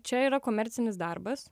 čia yra komercinis darbas